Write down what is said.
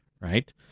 right